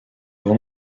bon